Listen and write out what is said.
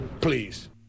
Please